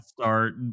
start